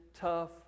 tough